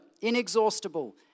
inexhaustible